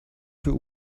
für